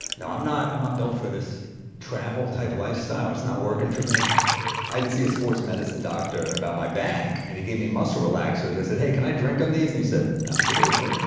no, i'm not um not built for this travel-type lifestyle. it's not working for me. i had to see a sports medicine doctor about my back and he gave me muscle relaxers. i said, hey, can i drink on these? and he said, absolutely.